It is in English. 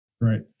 Right